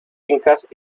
incas